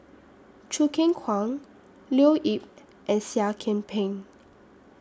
Choo Keng Kwang Leo Yip and Seah Kian Peng